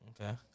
Okay